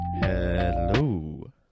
Hello